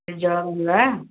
ନିର୍ଜଳ ରହିବା